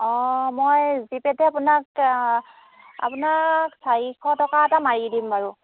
অঁ মই জিপে'তে আপোনাক আপোনাক চাৰিশ টকা এটা মাৰি দিম বাৰু